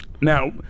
Now